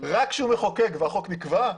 רק כשהוא מחוקק והחוק נקבע,